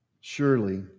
Surely